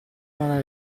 una